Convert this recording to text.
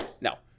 No